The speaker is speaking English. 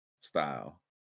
style